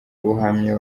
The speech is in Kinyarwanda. buhamya